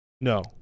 No